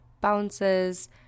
Bounces